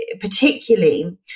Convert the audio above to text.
particularly